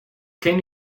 can